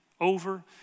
over